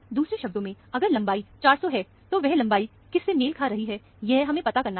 दूसरे शब्दों में अगर लंबाई 400 है तो यह लंबाई किस से मेल खा रही है यह हमें पता करना है